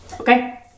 Okay